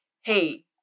hey